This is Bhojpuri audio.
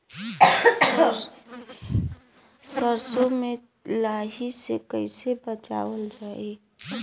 सरसो में लाही से कईसे बचावल जाई?